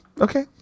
Okay